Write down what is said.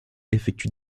effectue